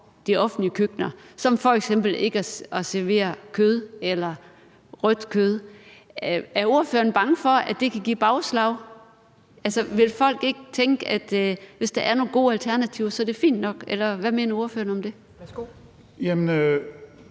de offentlige køkkener som f.eks. ikke at servere kød eller rødt kød. Er ordføreren bange for, at det kan give bagslag? Altså, vil folk ikke tænke, at hvis der er nogle gode alternativer, er det fint nok, eller hvad mener ordføreren om det?